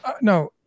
no